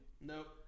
Nope